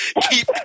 Keep